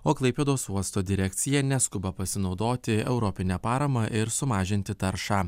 o klaipėdos uosto direkcija neskuba pasinaudoti europine parama ir sumažinti taršą